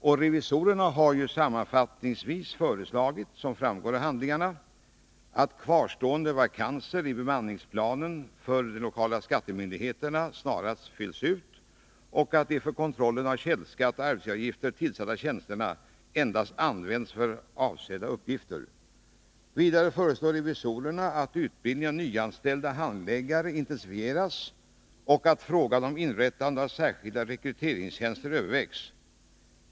Där framgår det att revisorerna, sammanfattningsvis, har föreslagit att kvarstående vakanser i bemanningsplanen för lokala skattemyndigheterna snarast fylls ut och att de för kontrollen av källskatt och arbetsgivaravgifter tillsatta tjänsterna endast används för avsedda uppgifter. Vidare föreslår revisorerna att utbildningen av nyanställda handläggare intensifieras och att frågan om inrättande av särskilda rekryteringstjänster övervägs.